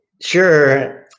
Sure